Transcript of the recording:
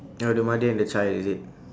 ya the mother and the child is it